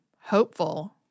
hopeful